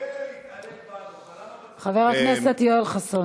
ממילא להתעלל בנו, אבל למה, חבר הכנסת יואל חסון.